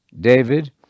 David